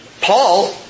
Paul